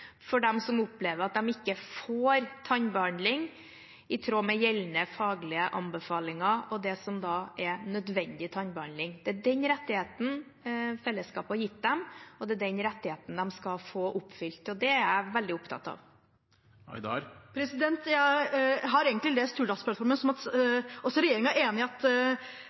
for dem som opplever at de ikke får tannbehandling i tråd med gjeldende faglige anbefalinger, og det som da er nødvendig tannbehandling. Det er den rettigheten fellesskapet har gitt dem, og det er den rettigheten de skal få oppfylt, og det er jeg veldig opptatt av. Jeg har egentlig lest Hurdalsplattformen slik at også regjeringen er enig i at